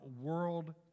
world